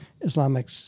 Islamic